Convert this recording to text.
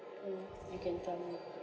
mm you can tell me